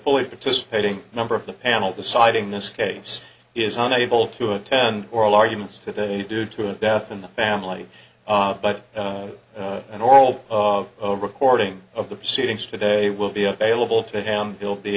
fully participating number of the panel deciding this case is unable to attend oral arguments today due to a death in the family but no and all of a recording of the proceedings today will be available to him we'll be